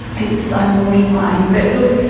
it was so mortifying. but look,